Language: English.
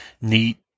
neat